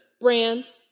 brands